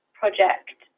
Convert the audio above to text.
project